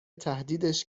تهدیدش